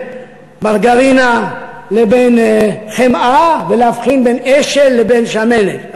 מרגרינה לבין חמאה ולהבחין בין אשל לבין שמנת.